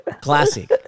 classic